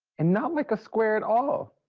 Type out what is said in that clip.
and not like a square at all.